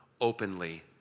openly